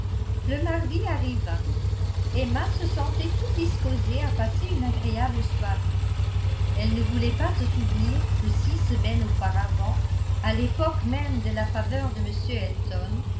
le mardi arriva emma se sentait toute disposée à passer une agréable soirée elle ne voulait pas se souvenir que six semaines auparavant à l'époque même de la faveur de m elton